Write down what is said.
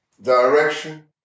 direction